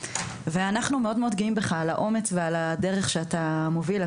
ואנחנו מאוד גאים בך על האומץ ועל הדרך שאתה מוביל.